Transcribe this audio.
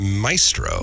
Maestro